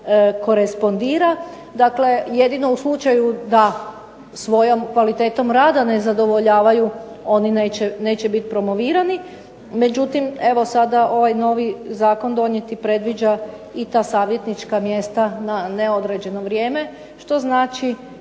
korespondira. Dakle, jedino u slučaju da svojom kvalitetom rada ne zadovoljavaju oni neće biti promovirani, međutim evo sada ovaj novi zakon donijeti predviđa i ta savjetnička mjesta na neodređeno vrijeme. Što znači